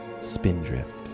spindrift